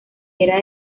era